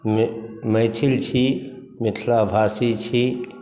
मैथिल छी मिथिला भाषी छी